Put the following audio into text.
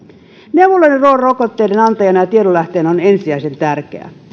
neuvoloiden rooli rokotteiden antajana ja tiedonlähteenä on ensisijaisen tärkeä